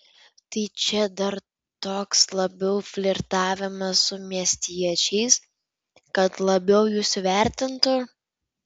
tai čia dar toks labiau flirtavimas su miestiečiais kad labiau jus vertintų